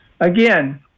again